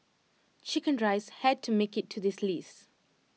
Chicken Rice had to make IT to this list